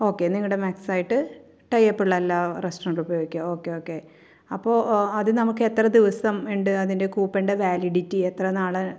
okay നിങ്ങളുടെ max ആയിട്ട് ടൈയ്യൊപ്പ് ഉള്ള എല്ലാ ടെസ്റ്റോറൻറ്റും ഉപയോഗിക്കാം ഓക്കെ ഓക്കെ അപ്പോൾ അത് നമുക്ക് എത്ര ദിവസം ഉണ്ട് അതിൻ്റെ കൂപ്പണിൻ്റെ വാലിഡിറ്റി എത്ര നാൾ